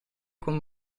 con